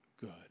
good